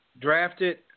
Drafted